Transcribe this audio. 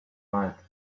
night